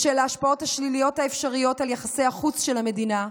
בשל ההשפעות השליליות האפשריות על יחסי החוץ של המדינה,